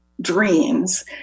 dreams